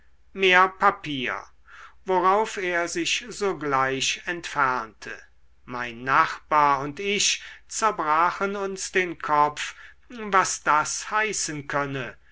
mehr papier worauf er sich sogleich entfernte mein nachbar und ich zerbrachen uns den kopf was das heißen könne